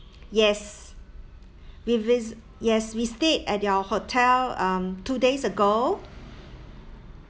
yes we vis~ yes we stayed at your hotel um two days ago